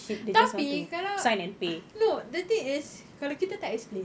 tapi kalau no the thing is kalau kita tak explain